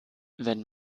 wenn